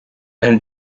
and